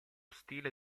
stile